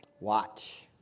watch